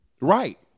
Right